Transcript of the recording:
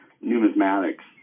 numismatics